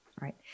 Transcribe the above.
Right